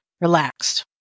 relaxed